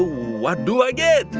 what do i get?